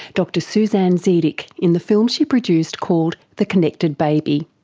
dr suzanne zeedyk in the film she produced called the connected baby.